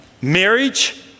marriage